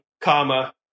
comma